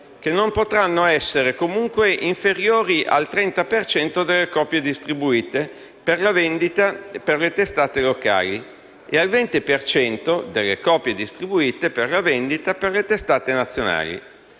che non potranno essere comunque inferiori al 30 per cento delle copie distribuite per la vendita per le testate locali e al 20 per cento delle copie distribuite per la vendita per le testate nazionali,